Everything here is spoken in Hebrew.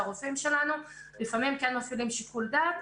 שהרופאים שלנו לפעמים כן מפעילים שיקול דעת,